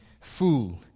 Fool